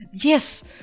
Yes